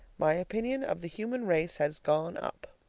my opinion of the human race has gone up.